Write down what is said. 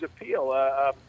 appeal